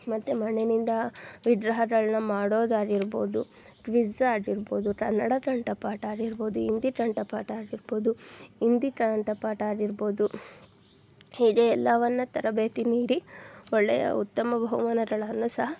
ಮತ್ತು ಮಣ್ಣಿನಿಂದ ವಿಗ್ರಹಗಳನ್ನ ಮಾಡೋದು ಆಗಿರ್ಬೋದು ಕ್ವಿಝ್ ಆಗಿರ್ಬೋದು ಕನ್ನಡ ಕಂಠಪಾಠ ಆಗಿರ್ಬೋದು ಹಿಂದಿ ಕಂಠಪಾಠ ಆಗಿರ್ಬೋದು ಹಿಂದಿ ಕಂಠಪಾಠ ಆಗಿರ್ಬೋದು ಹೀಗೆ ಎಲ್ಲವನ್ನು ತರಬೇತಿ ನೀಡಿ ಒಳ್ಳೆಯ ಉತ್ತಮ ಬಹುಮಾನಗಳನ್ನು ಸಹ